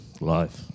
life